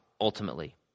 ultimately